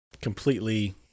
completely